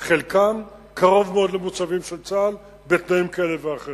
חלקם קרוב מאוד למוצבים של צה"ל בתנאים כאלה ואחרים.